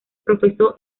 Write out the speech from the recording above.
profesó